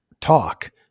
talk